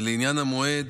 לעניין המועד,